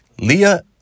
Leah